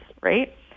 right